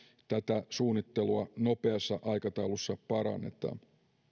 tätä suunnittelua nopeassa aikataulussa parannetaan